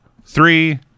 three